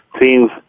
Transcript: teams